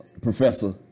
professor